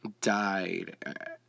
died